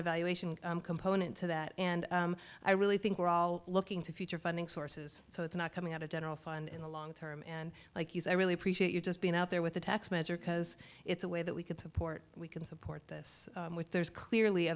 evaluation component to that and i really think we're all looking to future funding sources so it's not coming out of general fund in the long term and like you say i really appreciate you just being out there with the tax measure because it's a way that we can support we can support this with there's clearly a